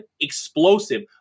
explosive